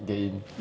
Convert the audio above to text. get in